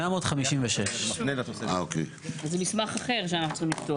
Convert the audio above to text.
856. אז זה מסמך אחר שאנחנו צריכים לפתוח.